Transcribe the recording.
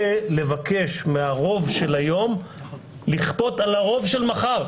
זה לבקש מהרוב של היום לכפות על הרוב של מחר.